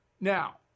Now